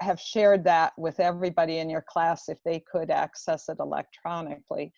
have shared that with everybody in your class if they could access it electronically.